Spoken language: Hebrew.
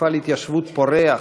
מפעל התיישבות פורח,